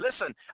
Listen